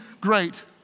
great